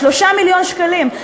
3 מיליון שקלים.